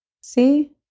See